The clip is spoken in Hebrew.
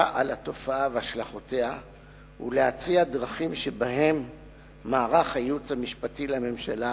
על התופעה והשלכותיה ולהציע דרכים שבהן מערך הייעוץ המשפטי לממשלה